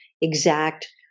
exact